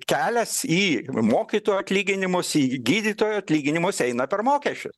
kelias į mokytojų atlyginimus į gydytojo atlyginimus eina per mokesčius